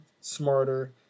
smarter